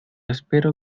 espero